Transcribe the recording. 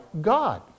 God